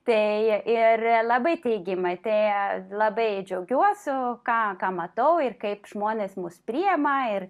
tai ir labai teigiamai tai labai džiaugiuosiu ką ką matau ir kaip žmonės mus priima ir